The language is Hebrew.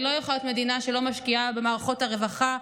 היא לא יכולה להיות מדינה שלא משקיעה במערכות הרווחה,